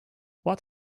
what